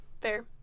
Fair